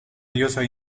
diosa